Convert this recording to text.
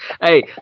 Hey